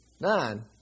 nine